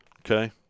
Okay